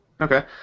Okay